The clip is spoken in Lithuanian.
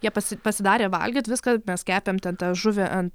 jie pasi pasidarė valgyt viską mes kepėm ten tą žuvį ant